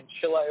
Chile